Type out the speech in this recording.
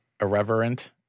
irreverent